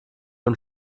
und